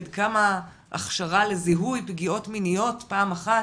עד כמה הכשרה לזיהוי פגיעות מיניות פעם אחת